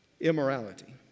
immorality